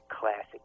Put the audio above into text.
classic